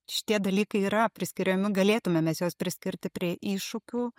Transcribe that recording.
šitie dalykai yra priskiriami galėtume mes juos priskirti prie iššūkių